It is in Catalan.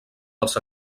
dels